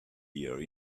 here